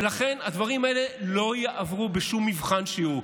לכן הדברים האלה לא יעברו בשום מבחן שהוא.